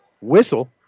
whistle